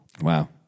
wow